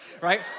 right